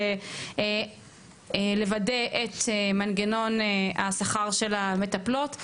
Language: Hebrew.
זה לוודא את מנגנון השכר של המטפלות,